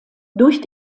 durch